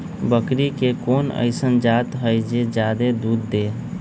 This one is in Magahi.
बकरी के कोन अइसन जात हई जे जादे दूध दे?